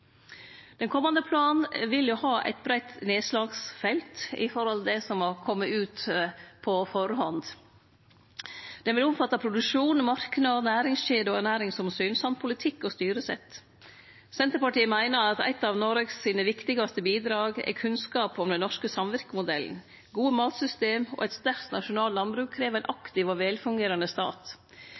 Den komande planen vil ha eit breitt nedslagsfelt, ifølgje det som har kome ut på førehand. Han vil omfatte produksjon, marknad, næringskjeder og ernæringsomsyn samt politikk og styresett. Senterpartiet meiner at eit av Noregs viktigaste bidrag er kunnskap om den norske samvirkemodellen. Gode matsystem og eit sterkt nasjonalt landbruk krev ein aktiv og velfungerande stat.